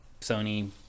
Sony